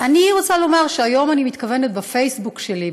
אני רוצה לומר שהיום אני מתכוונת בפייסבוק שלי,